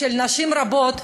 של נשים רבות